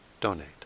donate